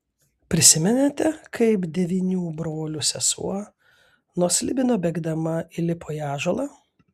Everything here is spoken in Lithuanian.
prisimenate kaip devynių brolių sesuo nuo slibino bėgdama įlipo į ąžuolą